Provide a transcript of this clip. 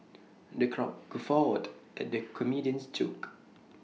the crowd guffawed at the comedian's jokes